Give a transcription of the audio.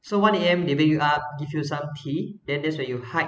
so one A_M they wake you up give you some tea then that's where you hike